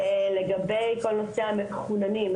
לגבי כל נושא המחוננים,